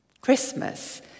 Christmas